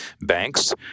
banks